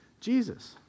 Jesus